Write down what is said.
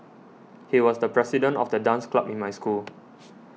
he was the president of the dance club in my school